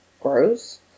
gross